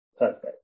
perfect